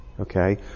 Okay